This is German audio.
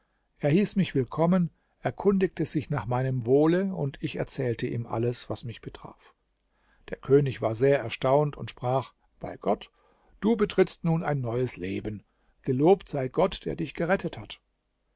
er hieß mich willkommen erkundigte sich nach meinem wohle und ich erzählte ihm alles was mich betraf der könig war sehr erstaunt und sprach bei gott du betrittst nun ein neues leben gelobt sei gott der dich gerettet hat